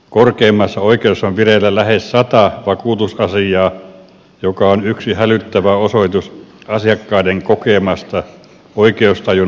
korkeimmassa oikeudessa on vireillä lähes sata vakuutusasiaa mikä on yksi hälyttävä osoitus asiakkaiden kokemasta oikeustajun vastaisesta menettelystä